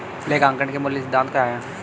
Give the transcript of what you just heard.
लेखांकन के मूल सिद्धांत क्या हैं?